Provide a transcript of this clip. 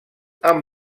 amb